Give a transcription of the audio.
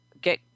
get